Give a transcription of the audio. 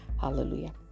hallelujah